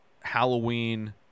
Halloween